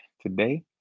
today